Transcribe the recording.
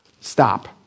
stop